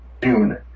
Dune